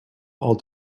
all